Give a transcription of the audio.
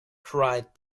cried